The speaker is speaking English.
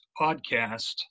podcast